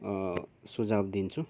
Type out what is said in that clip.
सुझाव दिन्छु